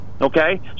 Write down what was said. okay